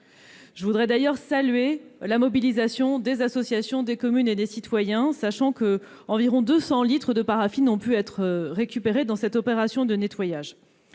Je veux d'ailleurs saluer la mobilisation des associations, des communes et des citoyens ; environ 200 litres de paraffine ont pu être récupérés dans cette opération de nettoyage.